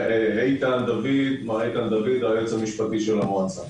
מר איתן דוד הוא היועץ המשפטי של המועצה.